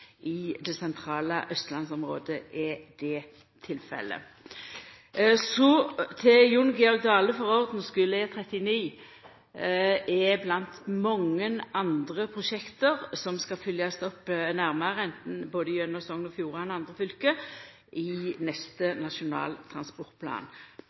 i det sentrale austlandsområdet er det tilfellet. Så til Jon Georg Dale: For ordens skuld er E39 blant mange andre prosjekt som skal følgjast opp nærmare – både gjennom Sogn og Fjordane og andre fylke – i